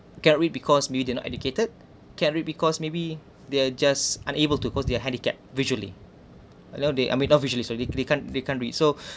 can't read because maybe they are not educated can't read because maybe they are just unable to cause they are handicapped visually you know they are not visually so they they can't they can't read so